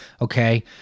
okay